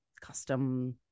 custom